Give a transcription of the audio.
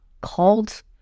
called